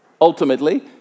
ultimately